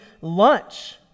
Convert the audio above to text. lunch